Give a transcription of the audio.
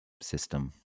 system